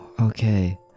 okay